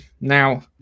Now